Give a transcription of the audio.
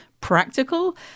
practical